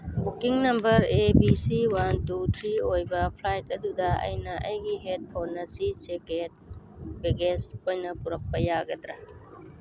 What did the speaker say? booking number A B C one two three ꯑꯣꯏꯕ flight ꯑꯗꯨꯗ ꯑꯩꯅ ꯑꯩꯒꯤ ꯍꯦꯠꯐꯣꯟ ꯑꯁꯤ ꯆꯦꯀꯦꯠ ꯕꯦꯒꯦꯁ ꯑꯣꯏꯅ ꯄꯨꯔꯛꯄ ꯌꯥꯒꯗ꯭ꯔ